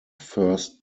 first